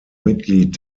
mitglied